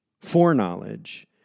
Foreknowledge